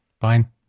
Fine